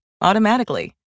automatically